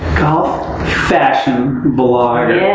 golf fashion blogger,